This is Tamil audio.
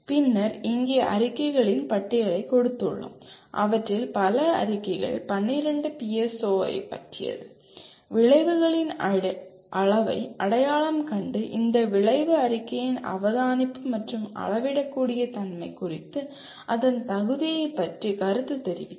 பின்னர் இங்கே அறிக்கைகளின் பட்டியலைக் கொடுத்துள்ளோம் அவற்றில் பல அறிக்கைகள் 12 POS ஐப் பற்றியது விளைவுகளின் அளவை அடையாளம் கண்டு இந்த விளைவு அறிக்கையின் அவதானிப்பு மற்றும் அளவிடக்கூடிய தன்மை குறித்து அதன் தகுதியைப் பற்றி கருத்துத் தெரிவிக்கவும்